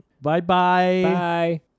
Bye-bye